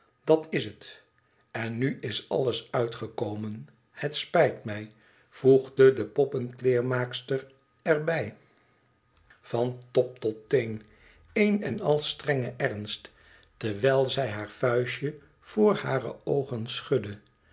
dat is het en nu is alles uitgekomen het spijt mij voegde de poppenkleermaakster er bij van top tot teen een en al strenge ernst terwijl zij haar vuistje voor hare oogen schudde